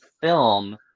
film